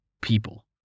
people